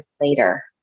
later